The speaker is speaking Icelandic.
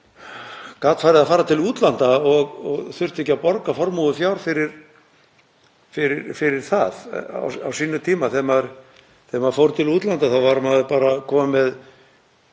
gat farið að fara til útlanda og þurfti ekki að borga formúur fjár fyrir það að tala í síma. Á sínum tíma þegar maður fór til útlanda var maður bara kominn